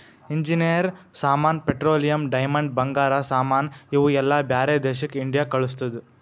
engineer ಸಾಮಾನ್, petroleum, diamond, ಬಂಗಾರ ಸಾಮಾನ್ ಇವು ಎಲ್ಲಾ ಬ್ಯಾರೆ ದೇಶಕ್ ಇಂಡಿಯಾ ಕಳುಸ್ತುದ್